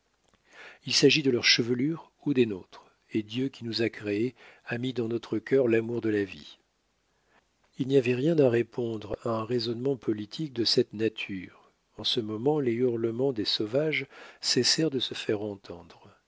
il s'agit de leurs chevelures ou des nôtres et dieu qui nous a créés a mis dans notre cœur l'amour de la vie il n'y avait rien à répondre à un raisonnement politique de cette nature en ce moment les hurlements des sauvages cessèrent de se faire entendre